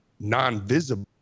non-visible